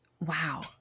Wow